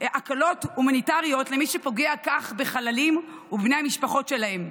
הקלות הומניטריות למי שפוגע כך בחללים ובבני המשפחות שלהם.